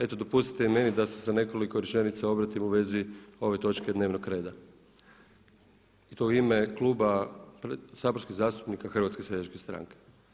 Eto dopustite i meni da se sa nekoliko rečenica obratim u vezi ove točke dnevnog reda i to u ime Kluba saborskih zastupnika Hrvatske seljačke stranke.